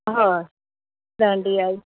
हय धाडिया